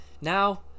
Now